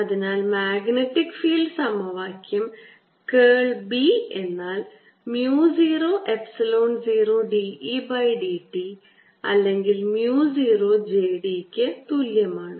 അതിനാൽ magnetic field സമവാക്യം curl B എന്നാൽ mu 0 epsilon 0 d E by d t അല്ലെങ്കിൽ mu 0 j d ക്ക് തുല്യമാണ്